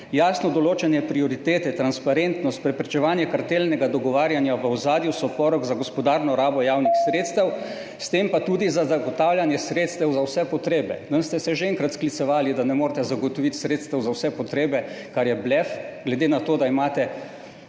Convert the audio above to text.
jasno določene prioritete, transparentnost, preprečevanje kartelnega dogovarjanja v ozadju so porok za gospodarno rabo javnih sredstev, s tem pa tudi za zagotavljanje sredstev za vse potrebe. Nam ste se že enkrat sklicevali, da ne morete zagotoviti sredstev za vse potrebe, kar je blef, glede na to, da imate